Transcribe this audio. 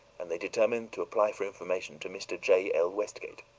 and they determined to apply for information to mr. j. l. westgate.